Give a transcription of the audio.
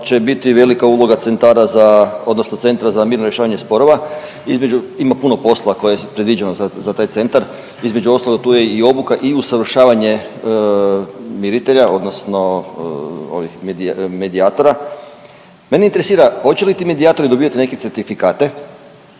će biti velika uloga centara za, odnosno centra za mirno rješavanje sporova između, ima puno poslova koje je predviđeno za taj centar, između ostalog, tu je i obuka i usavršavanje miritelja odnosno ovih, medijatora, mene interesira, hoće li ti medijatori dobivate neke certifikate